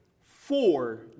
four